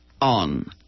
on